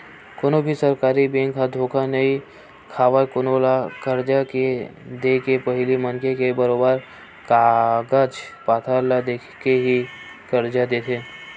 कोनो भी सरकारी बेंक ह धोखा नइ खावय कोनो ल करजा के देके पहिली मनखे के बरोबर कागज पतर ल देख के ही करजा देथे